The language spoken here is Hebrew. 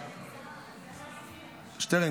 שטרן,